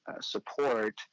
support